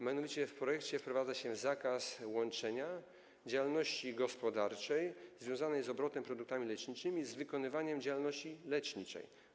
Mianowicie w projekcie wprowadza się zakaz łączenia działalności gospodarczej związanej z obrotem produktami leczniczymi z wykonywaniem działalności leczniczej.